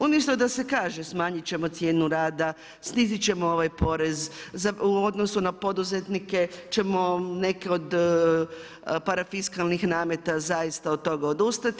Umjesto da se kaže smanjiti ćemo cijenu rada, sniziti ćemo ovaj porez, u odnosu na poduzetnike ćemo neke od parafiskalnih nameta zaista o toga odustati.